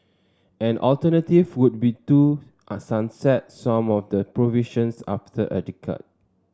an alternative would be to a sunset some of the provisions after a